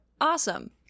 awesome